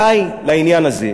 די לעניין הזה.